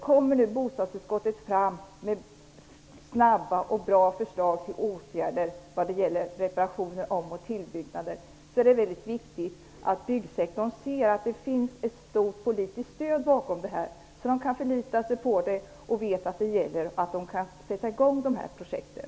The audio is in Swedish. Kommer bostadsutskottet fram med snabba och bra förslag till åtgärder vad gäller reparationer, om och tillbyggnader är det väldigt viktigt att byggsektorn ser att det finns ett stort politiskt stöd bakom, så att man kan förlita sig på det och vet att man kan sätta i gång de här projekten.